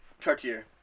Cartier